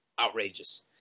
outrageous